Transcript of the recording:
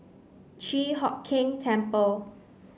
Chi Hock Keng Temple